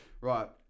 Right